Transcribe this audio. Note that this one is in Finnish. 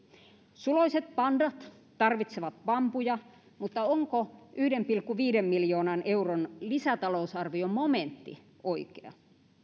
suloiset pandat tarvitsevat bambuja mutta onko yhden pilkku viiden miljoonan euron lisätalousarviomomentti oikea